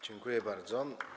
Dziękuję bardzo.